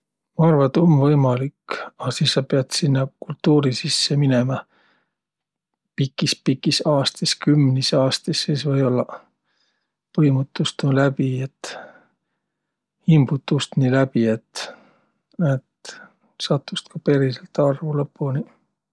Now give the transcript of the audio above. Ma arva, et um võimalik, a sis sa piät sinnäq kultuuri sisse minemä pikis-pikis aastis. Kümnis aastis, sis või-ollaq põimut tuust nii läbi, et imbut tuust nii läbi, et, et saat tuust ka periselt arvo lõpuniq.